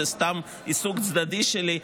זה סתם עיסוק צדדי שלי,